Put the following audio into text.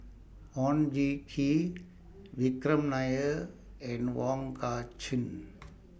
Oon Jin Gee Vikram Nair and Wong Kah Chun